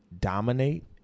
dominate